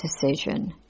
decision